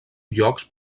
llocs